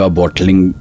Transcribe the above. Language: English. bottling